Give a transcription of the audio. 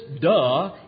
duh